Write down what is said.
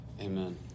Amen